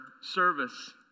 service